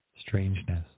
strangeness